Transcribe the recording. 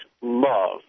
love